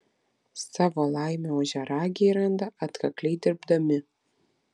savo laimę ožiaragiai randa atkakliai dirbdami